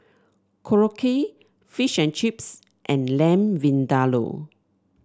Korokke Fish and Chips and Lamb Vindaloo